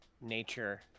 nature